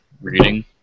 reading